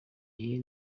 gihe